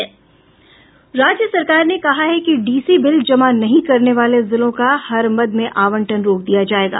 राज्य सरकार ने कहा है कि डीसी बिल जमा नहीं करने वाले जिलों का हर मद में आवंटन रोक दिया जायेगा